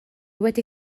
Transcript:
wedi